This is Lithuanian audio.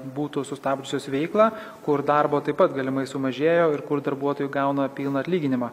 būtų sustabdžiusios veiklą kur darbo taip pat galimai sumažėjo ir kur darbuotojai gauna pilną atlyginimą